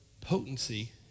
potency